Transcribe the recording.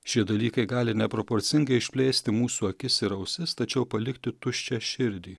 šie dalykai gali neproporcingai išplėsti mūsų akis ir ausis tačiau palikti tuščią širdį